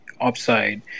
upside